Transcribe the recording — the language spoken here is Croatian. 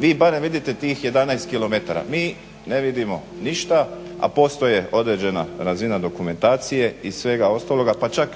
Vi barem vidite tih 11 km, mi ne vidimo ništa, a postoje određena razina dokumentacije i svega ostaloga, pa ćak